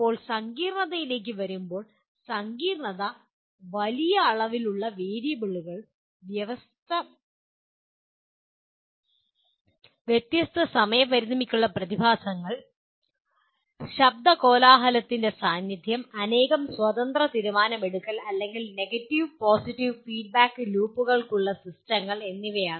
ഇപ്പോൾ സങ്കീർണ്ണതയിലേക്ക് വരുമ്പോൾ സങ്കീർണ്ണത വലിയ അളവിലുള്ള വേരിയബിളുകൾ വ്യത്യസ്ത സമയ പരിമിതികളുള്ള പ്രതിഭാസങ്ങൾ ശബ്ദകോലാഹലത്തിന്റെ സാന്നിധ്യം അനേകം സ്വതന്ത്ര തീരുമാനമെടുക്കൽ അല്ലെങ്കിൽ നെഗറ്റീവ് പോസിറ്റീവ് ഫീഡ്ബാക്ക് ലൂപ്പുകളുള്ള സിസ്റ്റങ്ങൾ എന്നിവയാണ്